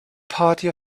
party